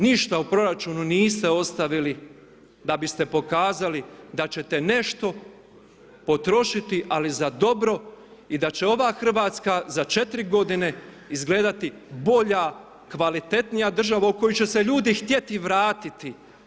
Ništa u proračunu niste ostavili da biste pokazali da ćete nešto potrošiti ali za dobro i da će ova Hrvatska za 4 g. izgledati bolja, kvalitetnija država u kojoj će se ljudi htjeti vratiti.